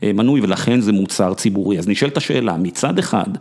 מנוי ולכן זה מוצר ציבורי, אז נשאלת השאלה מצד אחד.